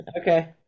Okay